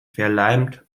verleimt